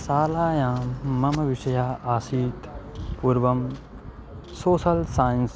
शालायां मम विषयः आसीत् पूर्वं सोसल् सैन्स्